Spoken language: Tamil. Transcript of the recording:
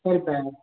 சரி சார்